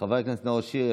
חבר הכנסת נאור שירי,